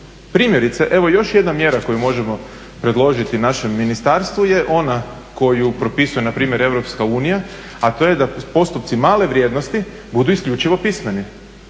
Primjerice, evo još jedna mjera koju možemo predložiti našem ministarstvu je ona koju propisuje npr. Europska unija, a to je da postupci male vrijednosti budu isključivo pismeni.